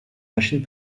machine